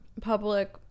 public